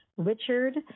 Richard